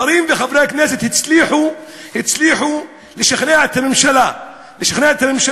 שרים וחברי כנסת הצליחו לשכנע את הממשלה להפר